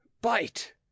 Bite